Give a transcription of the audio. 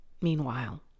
Meanwhile